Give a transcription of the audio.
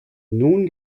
nun